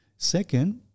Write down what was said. Second